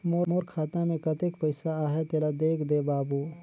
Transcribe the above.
मोर खाता मे कतेक पइसा आहाय तेला देख दे बाबु?